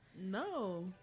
no